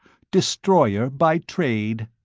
destroyer by trade!